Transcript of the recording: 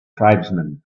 tribesman